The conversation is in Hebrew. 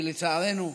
כי לצערנו,